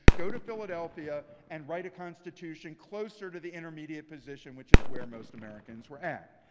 go to philadelphia, and write a constitution closer to the intermediate position, which is where most americans were at.